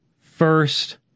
first